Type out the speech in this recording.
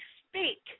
speak